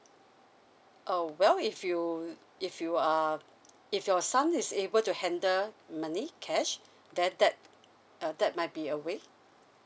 uh well if you if you ah if your son is able to handle money cash then that uh that might be a way